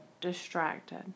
distracted